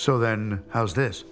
so then how's this